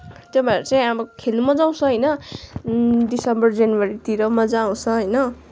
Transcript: तपाईँहरू चाहिँ अब खेल्न मजा आउँछ होइन दिसम्बर जनवरीतिर मजा आउँछ होइन